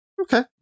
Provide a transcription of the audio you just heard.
Okay